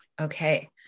Okay